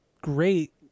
great